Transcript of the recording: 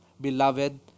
Beloved